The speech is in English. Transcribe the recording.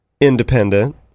independent